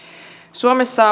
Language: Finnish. suomessa